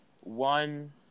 one